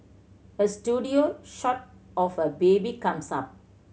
a studio shot of a baby comes up